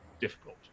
difficult